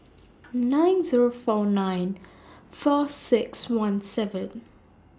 nine Zero four nine four six one seven